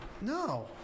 no